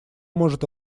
может